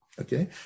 okay